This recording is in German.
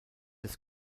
des